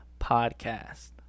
podcast